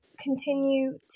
continue